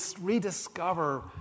rediscover